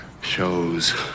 Shows